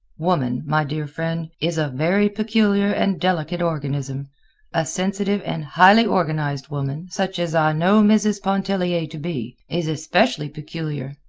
woman, my dear friend, is a very peculiar and delicate organism a sensitive and highly organized woman, such as i know mrs. pontellier to be, is especially peculiar.